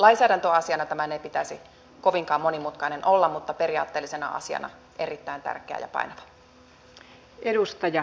lainsäädäntöasiana tämän ei pitäisi kovinkaan monimutkainen olla mutta periaatteellisena asiana se on erittäin tärkeä ja painava